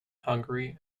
hungary